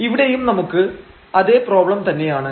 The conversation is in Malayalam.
ഇവിടെയും നമുക്ക് അതേ പ്രൊബ്ലം തന്നെയാണ്